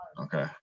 Okay